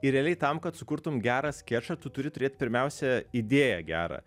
ir realiai tam kad sukurtum gerą skečą tu turi turėt pirmiausia idėją gerą